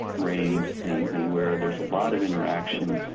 reigns and and where there's a lot of interactions,